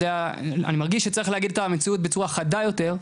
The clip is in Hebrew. אני מרגיש שצריך להגיד את המציאות בצורה חדה יותר,